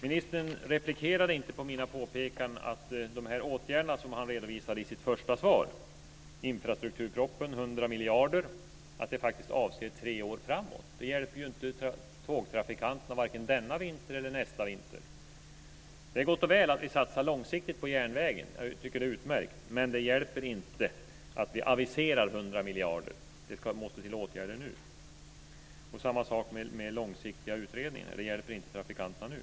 Ministern replikerade inte på mina påpekanden om de åtgärder som han redovisar i sitt svar, att 100 miljarder i infrastrukturpropositionen avser tre år framåt. Det hjälper ju inte tågtrafikanterna varken denna vinter eller nästa. Det är gott och väl att vi satsar långsiktigt på järnvägen - jag tycker att det är utmärkt - men det hjälper inte att vi aviserar 100 miljarder, utan det måste till åtgärder nu. Det är samma sak med långsiktiga utredningar; de hjälper inte trafikanterna nu.